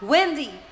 Wendy